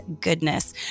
goodness